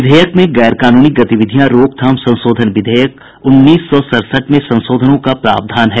विधेयक में गैरकानूनी गतिविधियां रोकथाम संशोधन अधिनियम उन्नीस सौ सड़सठ में संशोधनों का प्रावधान है